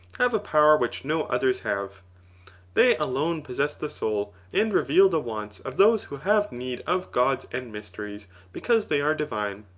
have a power which no others have they alone possess the soul and reveal the wants of those who have need of gods and mysteries, because they are divine.